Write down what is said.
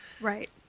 right